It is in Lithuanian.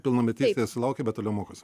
pilnametystės sulaukė bet toliau mokosi